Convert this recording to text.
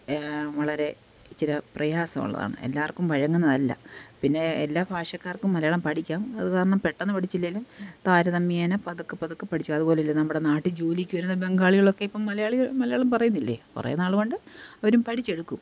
വളരെ ഇച്ചിരി പ്രയാസവമുള്ളതാണ് എല്ലാവർക്കും വഴങ്ങുന്നതല്ല പിന്നെ എല്ലാ ഭാഷക്കാർക്കും മലയാളം പഠിക്കാം അതുകാരണം പെട്ടെന്നു പഠിച്ചില്ലേലും താരതമ്യേന പതുക്കെ പതുക്കെ പഠിച്ചു അതുപോലെ അല്ലെ നമ്മുടെ നാട്ടിൽ ജോലിക്ക് വരുന്ന ബംഗാളികളൊക്കെ ഇപ്പം മലയാളിക മലയാളം പറയുന്നില്ലേ കുറെ നാളുകൊണ്ട് അവരും പഠിച്ചെടുക്കും